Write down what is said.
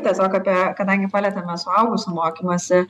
tiesiog apie kadangi palietėme suaugusių mokymąsi